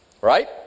Right